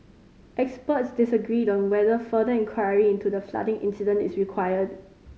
experts disagreed on whether further inquiry into the flooding incident is required